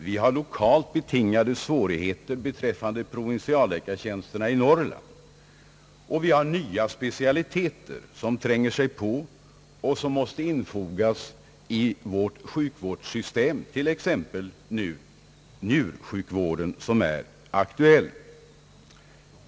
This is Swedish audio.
Vi har lokalt betingade svårigheter beträffande provinsialläkartjänsterna i Norrland. Vi har nya specialiteter som tränger sig på och som måste infogas i vårt sjukvårdssystem, t.ex. den nu aktuella njursjukvården.